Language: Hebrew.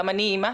גם אני אימא,